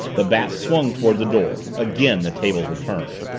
the bat swung toward the door. again the tables were turned!